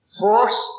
force